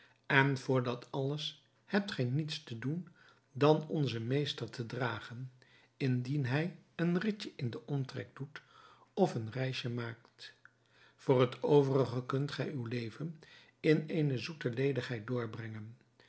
en voor dat alles hebt gij niets te doen dan onzen meester te dragen indien hij een ridje in den omtrek doet of een reisje maakt voor het overige kunt gij uw leven in eene zoete ledigheid doorbrengen